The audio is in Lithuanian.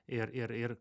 ir ir ir